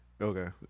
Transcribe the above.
Okay